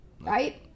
right